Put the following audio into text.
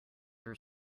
are